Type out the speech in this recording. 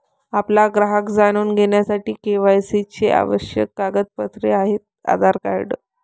आपला ग्राहक जाणून घेण्यासाठी के.वाय.सी चे आवश्यक कागदपत्रे आहेत आधार कार्ड